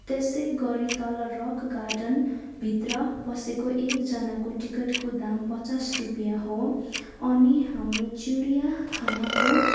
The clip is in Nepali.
त्यसै गरी तल रक गार्डनभित्र पसेको एकजनाको टिकटको दाम पचास रुपियाँ हो अनि हाम्रो चिडियाखानाको